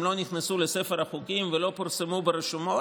לא נכנסו לספר החוקים ולא פורסמו ברשומות,